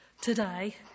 today